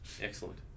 Excellent